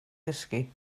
gysgu